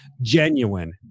genuine